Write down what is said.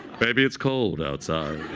baby, it's cold outside.